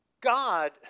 God